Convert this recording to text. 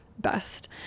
best